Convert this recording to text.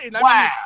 Wow